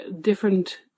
different